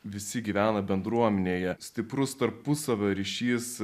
visi gyvena bendruomenėje stiprus tarpusavio ryšys